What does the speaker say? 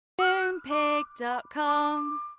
Moonpig.com